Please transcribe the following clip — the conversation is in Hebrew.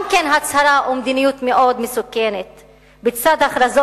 גם כן הצהרה או מדיניות מאוד מסוכנת בצד הכרזות